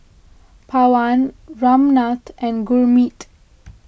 Pawan Ramnath and Gurmeet